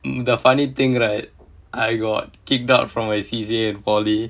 the funny thing right I got kicked out from my C_C_A in polytechnic